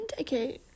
okay